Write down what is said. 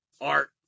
Art